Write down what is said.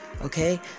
okay